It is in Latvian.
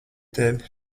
tevi